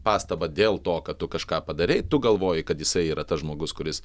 pastabą dėl to kad tu kažką padarei tu galvoji kad jisai yra tas žmogus kuris